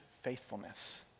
faithfulness